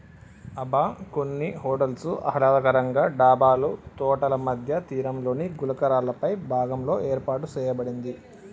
అబ్బ కొన్ని హోటల్స్ ఆహ్లాదకరంగా డాబాలు తోటల మధ్య తీరంలోని గులకరాళ్ళపై భాగంలో ఏర్పాటు సేయబడింది